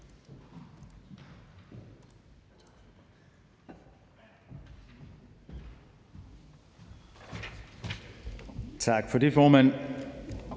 Tak for det formand.